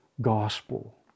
gospel